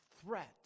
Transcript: threat